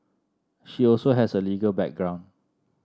she also has a legal background